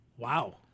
Wow